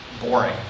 boring